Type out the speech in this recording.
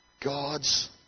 God's